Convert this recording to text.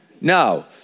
No